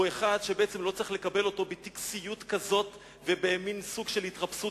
הוא אחד שבעצם לא צריך לקבל אותו בטקסיות כזאת ובמין סוג של התרפסות,